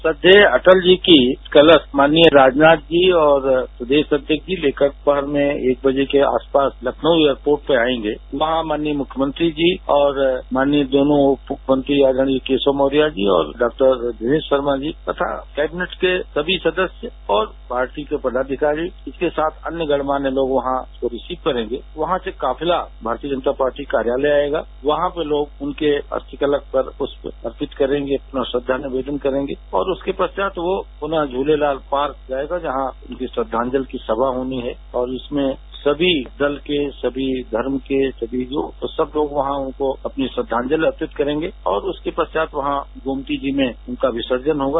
श्रद्देय अटल जी के कलश माननीय राजनाथ जी और प्रदेश अध्यक्ष जी लेकर दोपहर में एक बजे के आस पास लखनऊ एयरपोर्ट पर आयेंगे यहां माननीय मुख्यमंत्री और माननीय दोनों उपमुख्यमंत्री आदर्णीय केशव प्रसाद मौर्य जी और डॉक्टर दिनेश शर्मा जी तथा कैबिनेट के सभी सदस्य और पार्टी के पदाधिकारी इसके साथ अन्य गणमान्य लोग वहां उसको रिसीव करेगे वहां से काफिला भाजपा कार्यालय आयेगा वहां पर लोग उनके अस्थि कलश पर पृष्प अर्पित करेंगे और श्रद्वा से मीटिंग करेंगे और उसके पश्चात वे झूलेलाल पार्क जायेगा जहां उनकी श्रद्धांजलि सभा होनी है और उसमें सभी दल के सभी धर्म के लोग कहां उनको अपनी श्रद्धांजलि अर्पित करेगे और उसके परचात उनका गोमती नदी में विसर्जन होगा